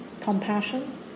compassion